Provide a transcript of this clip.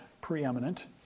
preeminent